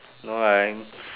no I'm